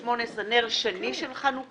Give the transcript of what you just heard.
2018 נר שני של חנוכה.